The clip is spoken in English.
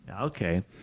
okay